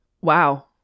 Wow